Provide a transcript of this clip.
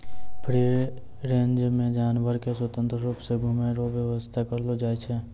free range मे जानवर के स्वतंत्र रुप से घुमै रो व्याबस्था करलो जाय छै